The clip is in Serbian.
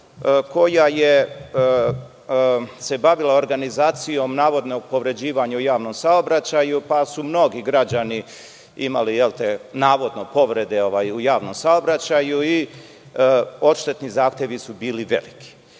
koja se bavila organizacijom, navodno, povređivanja u javnom saobraćaju, pa su mnogi građani imali, navodno, povrede u javnom saobraćaju i odštetni zahtevi su bili